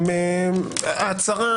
ההצהרה